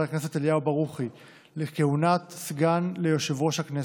הכנסת אליהו ברוכי לכהונת סגן ליושב-ראש הכנסת.